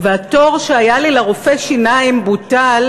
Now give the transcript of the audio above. והתור שהיה לי לרופא שיניים בוטל,